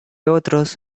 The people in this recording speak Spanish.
otros